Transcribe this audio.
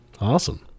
Awesome